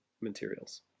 materials